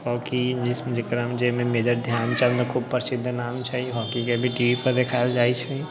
hockey जकरामे जाहिमे Major Dhyanchand खूब प्रसिद्ध नाम छै हॉकीके भी टी वी पर देखाएल जाइ छै